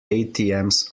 atms